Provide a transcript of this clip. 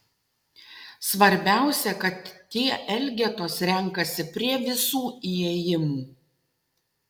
svarbiausia kad tie elgetos renkasi prie visų įėjimų